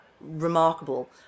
remarkable